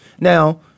now –